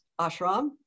ashram